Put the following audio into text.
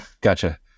Gotcha